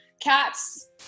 cats